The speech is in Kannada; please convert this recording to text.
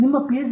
ನಿಮ್ಮ Ph